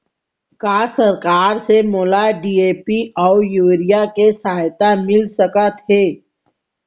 का सरकार से मोला डी.ए.पी अऊ यूरिया के सहायता मिलिस सकत हे?